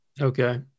okay